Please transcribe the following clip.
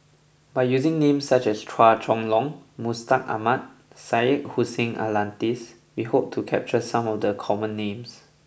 by using names such as Chua Chong Long Mustaq Ahmad Syed Hussein Alatas we hope to capture some of the common names